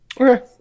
okay